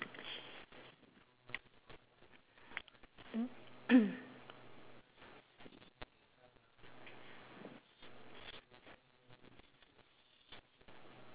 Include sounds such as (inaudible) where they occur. (coughs)